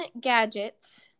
gadgets